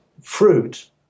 fruit